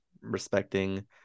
respecting